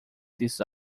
this